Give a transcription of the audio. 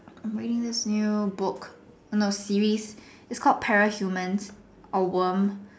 I'm reading this new book no series it's called parahumans or worm